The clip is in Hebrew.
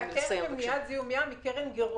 הקרן למניעת זיהום ים היא קרן גרעונית.